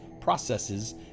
processes